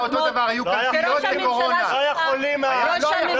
היו חולים.